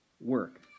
work